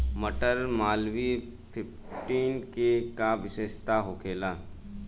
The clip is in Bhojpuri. मटर मालवीय फिफ्टीन के का विशेषता होखेला?